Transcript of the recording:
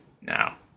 now